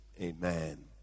Amen